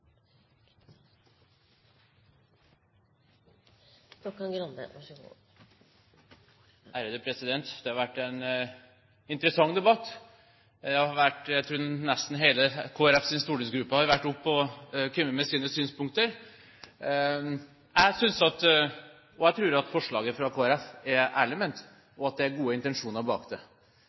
Det har vært en interessant debatt. Jeg tror nesten hele Kristelig Folkepartis stortingsgruppe har vært oppe og kommet med sine synspunkter. Jeg tror at forslaget fra Kristelig Folkeparti er ærlig ment, og at det er gode intensjoner bak det.